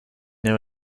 know